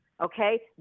okay